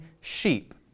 sheep